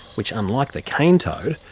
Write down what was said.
which unlike the cane toad,